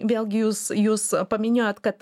vėlgi jūs jūs paminėjot kad